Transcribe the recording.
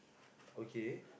okay